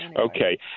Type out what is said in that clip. Okay